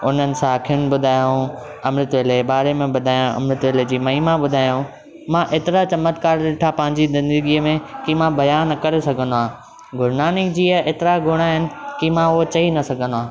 हुननि साखियूं ॿुधायाऊं अमृत वेले जे बारे में ॿुधायाऊं अमृत वेले जी महिमां ॿुधायाऊं मां हेतिरा चमत्कार ॾिठा पहिंजी ज़िंदगीअ में कि मां बयान न करे सघंदो आहियां गुरु नानकजीअ जा ऐतिरा गुण आहिनि कि मां उहे चई न सघंदो आं